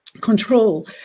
control